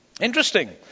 Interesting